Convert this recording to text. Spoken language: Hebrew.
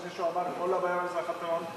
שמישהו אמר שכל הבעיה במזרח התיכון היא,